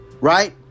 right